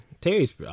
terry's